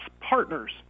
partners